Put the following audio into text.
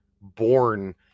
born